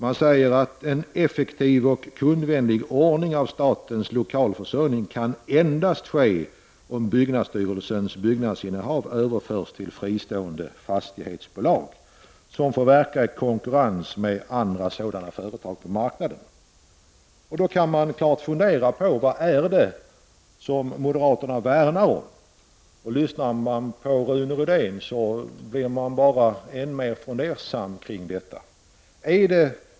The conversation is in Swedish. Man säger att en effektiv och kundvänlig ordning av statens lokalförsörjning kan ske endast om byggnadsstyrelsens byggnadsinnehav överförs till fristående fastighetsbolag, som får verka i konkurrens med andra sådana företag på marknaden. Man kan då fundera över vad det är som moderaterna värnar om. Lyssnar man på Rune Rydén blir man bara än mer fundersam när det gäller detta.